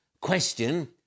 question